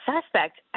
suspect